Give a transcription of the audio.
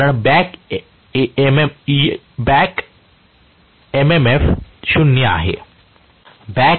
कारण back AMF 0 आहे